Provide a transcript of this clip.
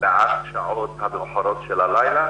ועד השעות המאוחרות של הלילה